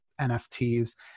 NFTs